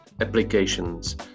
applications